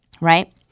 right